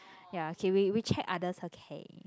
ya okay we we check others okay